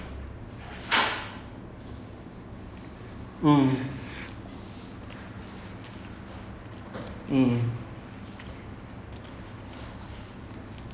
being I I'm never on time lah so teleport பண்ண முடிஞ்சுதுனா:panna mudinjuthunaa that'll be the best thing I think just wake up then go to class you can't go where we want lah